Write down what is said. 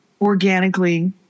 organically